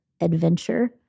adventure